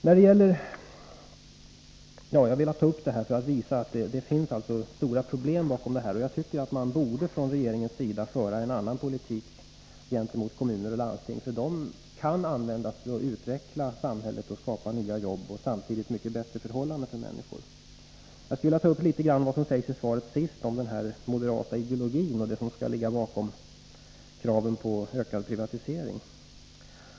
Jag har velat ta upp det här för att visa att det finns stora problem bakom statsrådets resonemang. Jag tycker att regeringen borde föra en annan politik gentemot kommuner och landsting — de kan användas för att utveckla samhället och skapa nya jobb och samtidigt mycket bättre förhållanden för människor. Jag skulle också vilja ta upp det som sägs sist i svaret om den moderata ideologin och det som skall ligga bakom kraven på ökad privatisering.